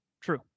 True